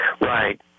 Right